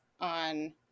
on